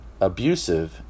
abusive